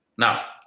Now